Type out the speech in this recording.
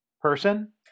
person